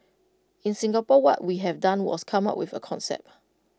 in Singapore what we have done was come up with A concept